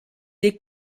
les